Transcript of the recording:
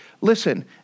Listen